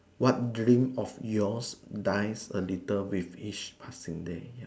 what dream of yours dies a little with each passing day